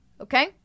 okay